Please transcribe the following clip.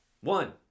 One